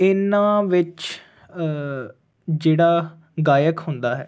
ਇਨਾਂ ਵਿਚ ਜਿਹੜਾ ਗਾਇਕ ਹੁੰਦਾ ਹੈ